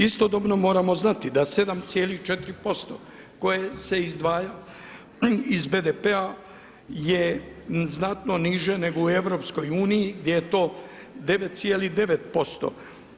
Istodobno moramo znati da 7,4% koje se izdvaja iz BDP-a je znatno niže nego u EU gdje je to 9,9%